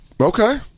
Okay